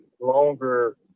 longer